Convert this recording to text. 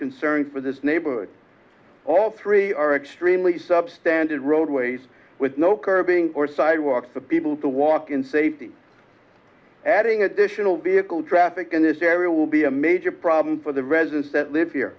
concern for this neighborhood all three are extremely substandard roadways with no curbing or sidewalks to be able to walk in safety adding additional vehicle traffic in this area will be a major problem for the residents that live here